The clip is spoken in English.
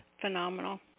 phenomenal